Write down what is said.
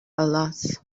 alert